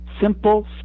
simple